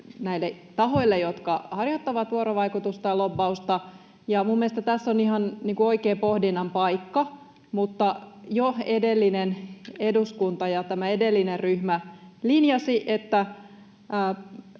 näille tahoille, jotka harjoittavat vuorovaikutusta ja lobbausta. Minun mielestäni tässä on ihan oikean pohdinnan paikka, mutta jo edellinen eduskunta ja tämä edellinen ryhmä linjasivat, että